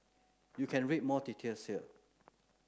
you can read more details here